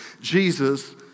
Jesus